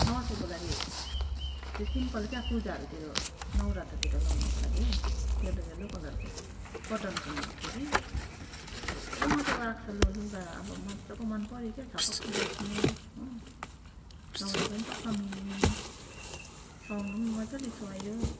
दसैँको लागि त्यो सिम्पल क्या पूजाहरूतिर नौराथातिर लगाउनको लागि के हौ यल्लो यल्लो कलरको कटनको मँगाएको थिएँ कि कस्तो मजाको आएको छ ल लुगा अब मजाको मनपर्यो क्या छपक्क बस्ने हो लाउँदा पनि टक्क मिल्ने सुहाउँदा पनि मजाले सुहायो